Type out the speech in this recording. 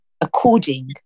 according